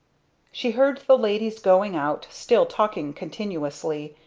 she heard the ladies going out, still talking continuously,